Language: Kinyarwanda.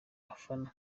afana